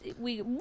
we-